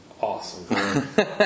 awesome